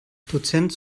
dozent